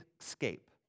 escape